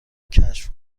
کشف